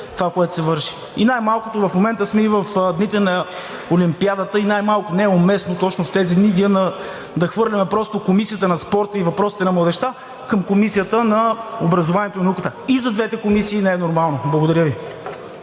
това, което се върши. В момента сме в дните на Олимпиадата и най-малкото не е уместно точно в тези дни просто да хвърляме Комисията на спорта и въпросите на младежта към Комисията на образованието и науката. И за двете комисии не е нормално! Благодаря Ви.